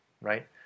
Right